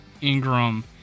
Ingram